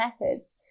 methods